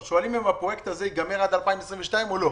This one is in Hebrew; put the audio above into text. שואלים: האם הפרויקט הזה ייגמר עד 2022 או לא?